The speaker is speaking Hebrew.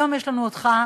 היום יש לנו אותך,